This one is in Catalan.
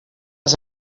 les